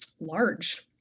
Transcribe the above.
large